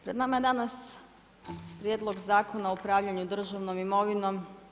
Pred nama je danas Prijedlog zakona o upravljanju državnom imovinom.